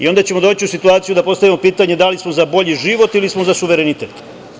Onda ćemo doći u situaciju da postavimo pitanje da li smo za bolji život ili smo za suverenitet?